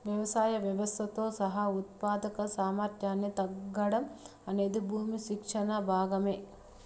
వ్యవసాయ వ్యవస్థలతో సహా ఉత్పాదక సామర్థ్యాన్ని తగ్గడం అనేది భూమి క్షీణత భాగమే